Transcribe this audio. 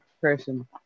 person